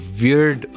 weird